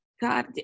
God